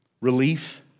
Relief